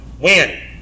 Win